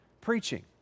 Preaching